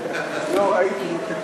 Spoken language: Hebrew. לא ראיתי,